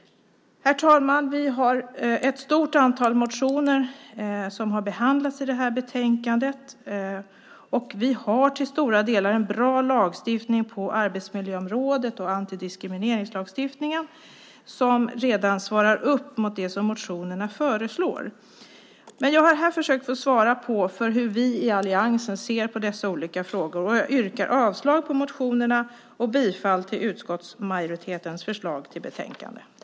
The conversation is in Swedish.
Herr talman! Vi har ett stort antal motioner som har behandlats i betänkandet. Vi har till stora delar en bra lagstiftning på arbetsmiljöområdet och vi har antidiskrimineringslagstiftningen. Detta svarar redan mot det motionerna föreslår. Jag har här försökt att svara på hur vi i alliansen ser på dessa olika frågor. Jag yrkar avslag på motionerna och bifall till utskottsmajoritetens förslag i betänkandet.